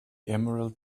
emerald